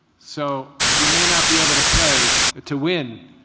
so you may not be able to play to win,